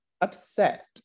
upset